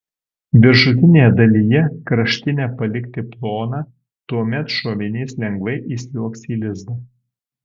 viršutinėje dalyje kraštinę palikti ploną tuomet šovinys lengvai įsliuogs į lizdą